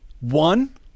one